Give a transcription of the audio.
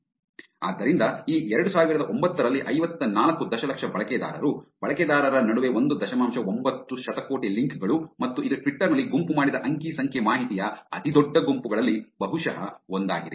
ಆದ್ದರಿಂದ ಈ 2009 ರಲ್ಲಿ ಐವತ್ತನಾಲ್ಕು ದಶಲಕ್ಷ ಬಳಕೆದಾರರು ಬಳಕೆದಾರರ ನಡುವೆ ಒಂದು ದಶಮಾಂಶ ಒಂಬತ್ತು ಶತಕೋಟಿ ಲಿಂಕ್ ಗಳು ಮತ್ತು ಇದು ಟ್ವಿಟರ್ ನಲ್ಲಿ ಗುಂಪು ಮಾಡಿದ ಅಂಕಿ ಸಂಖ್ಯೆ ಮಾಹಿತಿಯ ಅತಿದೊಡ್ಡ ಗುಂಪುಗಳಲ್ಲಿ ಬಹುಶಃ ಒಂದಾಗಿದೆ